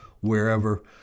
wherever